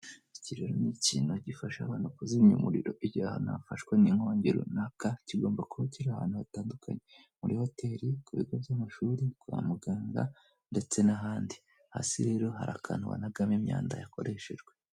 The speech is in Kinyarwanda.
Iki rero ni ikintu gifasha abantu kuzimya umuriro igihe ahantu hafashwe n'inkongi runaka, kigomba kuba kiri ahantu hatandukanye: muri hoteli, ku bigo by'amashuri, kwa muganga ndetse n'ahandi. Hasi rero hari akantu banagamo imyanda yakoreshejwe.